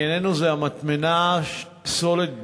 ענייננו הוא מטמנת הפסולת בירושלים.